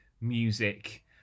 music